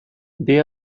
they